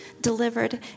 delivered